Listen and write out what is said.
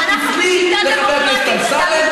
לפי חבר הכנסת אמסלם,